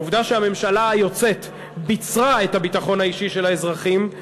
העובדה שהממשלה היוצאת ביצרה את הביטחון האישי של האזרחים,